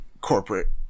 corporate